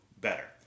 better